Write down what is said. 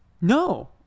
No